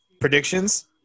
Predictions